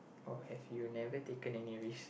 or have you never taken any risk